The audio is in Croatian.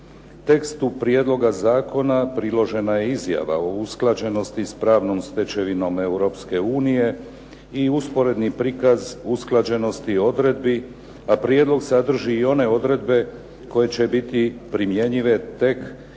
Tekstu prijedloga zakona priložena je izjava o usklađenosti s pravnom stečevinom Europske unije i usporedni prikaz usklađenosti odredbi, a prijedlog sadrži i one odredbe koje će biti primjenjive tek od